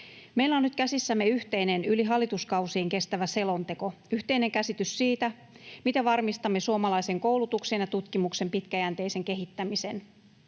Meillä on nyt käsissämme yhteinen yli hallituskausien kestävä selonteko, yhteinen käsitys siitä, miten varmistamme suomalaisen koulutuksen ja tutkimuksen pitkäjänteisen kehittämisen.